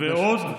תיגש החוצה.